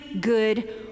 good